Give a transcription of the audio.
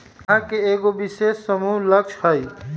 गाहक के एगो विशेष समूह लक्ष हई